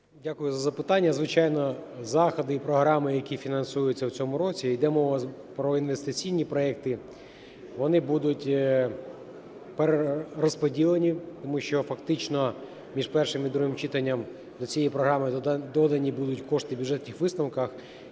Дякую за запитання. Звичайно, заходи і програми, які фінансуються в цьому році, йде мова про інвестиційні проекти, вони будуть перерозподілені. Тому що фактично між першим і другим читанням до цієї програми додані будуть кошти в бюджетних висновках,